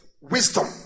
wisdom